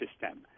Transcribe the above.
system